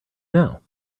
now